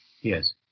Yes